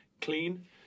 clean